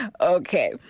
Okay